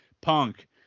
punk